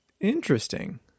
interesting